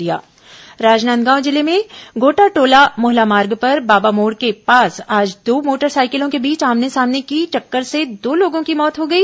दुर्घटना राजनादगांव जिले में गोटाटोला मोहला मार्ग पर बाबा मोड़ के पास आज दो मोटर साइकिलों के बीच आमने सामने की टक्कर से दो लोगों की मौत हो गई